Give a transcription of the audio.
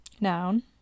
Noun